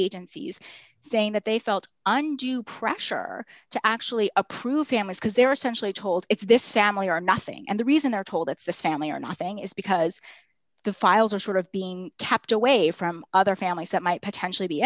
agencies saying that they felt undue pressure to actually approve families because they're essentially told it's this family or nothing and the reason they're told it's the family or nothing is because the files are sort of being kept away from other families that might potentially be